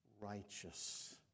righteous